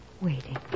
Waiting